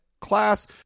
class